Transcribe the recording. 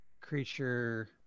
creature